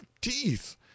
teeth